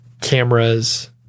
cameras